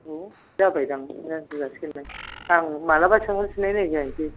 औ जाबाय दां दोनथ' जासिगोन दाङा मालाबा सोंहरफिननाय जानसै